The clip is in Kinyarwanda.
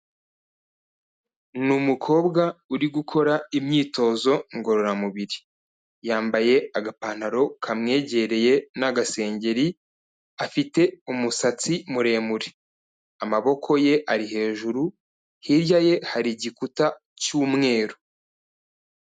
Ni umukobwa uri gukora imyitozo ngororamubiri. Yambaye agapantaro kamwegereye n'agasengeri, afite umusatsi muremure. Amaboko ye ari hejuru, hirya ye hari igikuta cy'umweru.